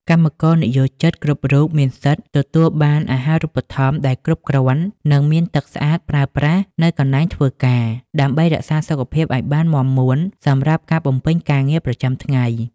កម្មករនិយោជិតគ្រប់រូបមានសិទ្ធិទទួលបានអាហារូបត្ថម្ភដែលគ្រប់គ្រាន់ និងមានទឹកស្អាតប្រើប្រាស់នៅកន្លែងធ្វើការ ដើម្បីរក្សាសុខភាពឱ្យបានមាំមួនសម្រាប់ការបំពេញការងារប្រចាំថ្ងៃ។